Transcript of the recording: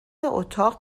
اتاق